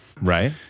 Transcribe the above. right